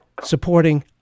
supporting